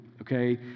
Okay